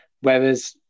whereas